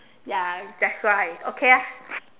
ya that's right okay ah